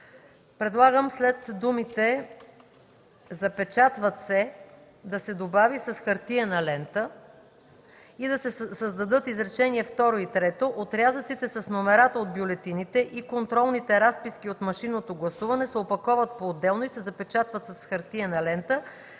Предлагам след думите „запечатват се” да се добави „с хартиена лента” и да се създадат изречение второ и трето: „Отрязъците с номерата от бюлетините и контролните разписки от машинното гласуване се опаковат поотделно и се запечатват с хартиена лента.